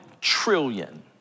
trillion